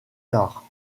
tard